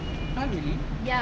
!huh! really